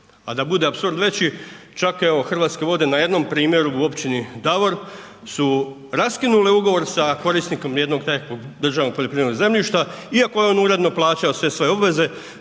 a da bude apsurd veći čak evo Hrvatske vode na jednom primjeru u općini Davor su raskinule ugovor sa korisnikom jednog takvog državnog poljoprivrednog zemljišta iako je on uredno plaćao sve svoje obveze